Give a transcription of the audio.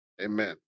Amen